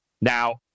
Now